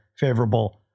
favorable